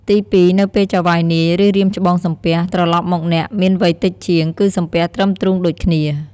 ទីពីរ នៅពេលចៅហ្វាយនាយ ឬ រៀមច្បងសំពះ ត្រឡប់មកអ្នកមានវ័យតិចជាង គឺសំពះត្រឹមទ្រូងដូចគ្នា។